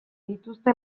dituzte